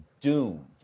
doomed